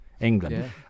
England